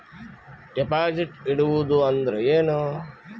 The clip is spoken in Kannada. ಡೆಪಾಜಿಟ್ ಇಡುವುದು ಅಂದ್ರ ಏನ?